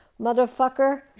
motherfucker